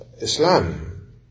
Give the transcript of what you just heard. Islam